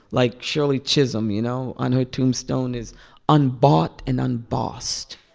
like shirley chisholm, you know? on her tombstone is unbought and unbossed